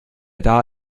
das